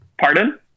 Pardon